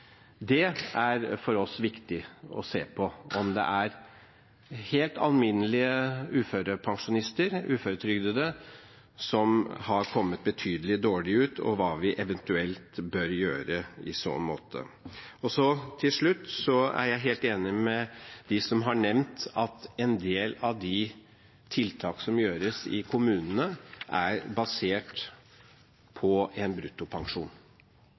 Det er for oss viktig å se på om det er helt alminnelige uførepensjonister og uføretrygdede som har kommet betydelig dårligere ut, og hva vi eventuelt bør gjøre i så måte. Til slutt: Jeg er helt enig med dem som har nevnt at en del av de tiltak som gjøres i kommunene, er basert på en bruttopensjon.